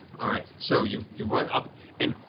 all right. so. you you run up and